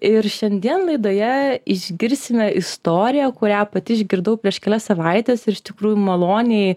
ir šiandien laidoje išgirsime istoriją kurią pati išgirdau prieš kelias savaites ir iš tikrųjų maloniai